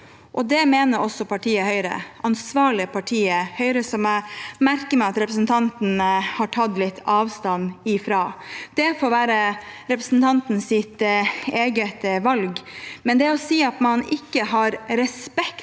Det me ner også partiet Høyre, det ansvarlige partiet Høyre, som jeg merker meg at representanten har tatt litt avstand fra. Det får være representantens eget valg. Når man i omtalen